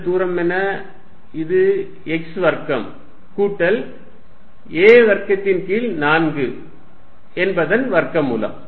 இந்த தூரம் என்ன இது x வர்க்கம் கூட்டல் a வர்க்கத்தின் கீழ் 4 என்பதன் வர்க்க மூலம்